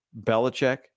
Belichick